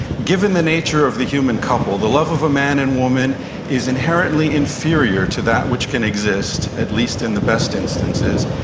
given the nature of the human couple, the love of a man and woman is inherently inferior to that which can exist, at least in the best instances,